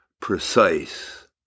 precise